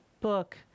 book